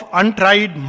untried